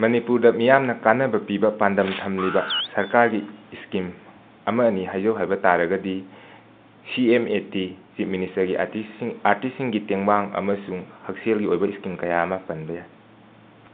ꯃꯅꯤꯄꯨꯔꯗ ꯃꯤꯌꯥꯝꯅ ꯀꯥꯟꯅꯕ ꯄꯤꯕ ꯄꯥꯟꯗꯝ ꯊꯝꯂꯤꯕ ꯁꯔꯀꯥꯔꯒꯤ ꯏꯁꯀꯤꯝ ꯑꯃ ꯑꯅꯤ ꯍꯥꯏꯖꯧ ꯍꯥꯏꯕ ꯇꯥꯔꯒꯗꯤ C M A T chief ꯃꯤꯅꯤꯁꯇꯔꯒꯤ ꯑꯥꯔꯇꯤꯁꯁꯤꯡ ꯑꯥꯔꯇꯤꯁꯁꯤꯡꯒꯤ ꯇꯦꯡꯕꯥꯡ ꯑꯃꯁꯨꯡ ꯍꯛꯁꯦꯜꯒꯤ ꯑꯣꯏꯕ ꯏꯁꯀꯤꯝ ꯀꯌꯥ ꯑꯃ ꯄꯟꯕ ꯌꯥꯏ